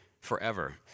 forever